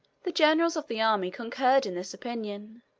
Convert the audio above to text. the generals of the army concurred in this opinion,